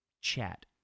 chat